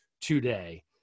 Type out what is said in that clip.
today